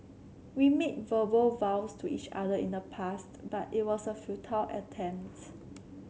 we made verbal vows to each other in the past but it was a futile attempts